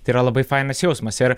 tai yra labai fainas jausmas ir